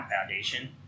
foundation